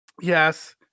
Yes